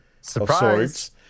surprise